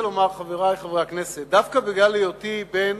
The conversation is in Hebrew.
חברי חברי הכנסת, דווקא בגלל היותי בן